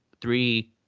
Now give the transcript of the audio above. three